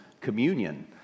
communion